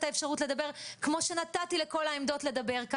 האפשרות לדבר כמו שנתתי לכל העמדות לדבר.